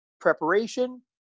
preparation